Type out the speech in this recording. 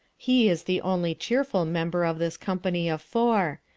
he is the only cheerful member of this company of four,